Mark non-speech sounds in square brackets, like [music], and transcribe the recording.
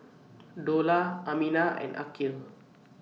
[noise] Dollah Aminah and Aqil